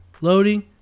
loading